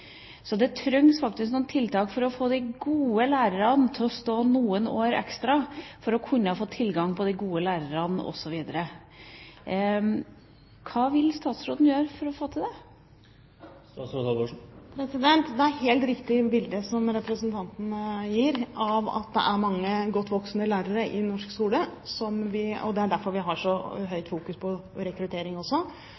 Så det trengs faktisk noen tiltak for å få de gode lærerne til å stå på noen år ekstra for å få tilgang på de gode lærerne, osv. Hva vil statsråden gjøre for å få det til? Det er et helt riktig bilde representanten gir, at det er mange godt voksne lærere i norsk skole. Det er derfor vi fokuserer så sterkt på rekrutteringen. Det er